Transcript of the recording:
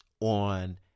on